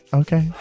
okay